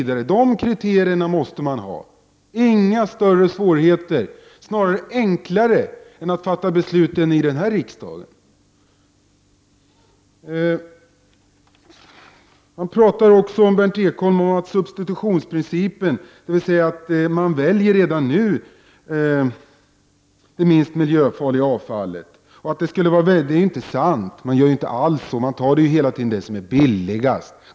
De kriterierna måste man ha. Det är inga större svårigheter. Det är snarare enklare än att fatta beslut i denna riksdag. Berndt Ekholm talar också om substitutionsprincipen, dvs. att man redan nu väljer det minst miljöfarliga avfallet. Det är inte sant! Man gör inte alls så. Man tar hela tiden det som är billigast.